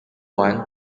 war